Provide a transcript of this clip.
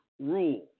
rule